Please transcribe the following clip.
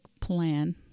plan